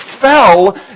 fell